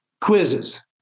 Quizzes